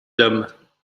dames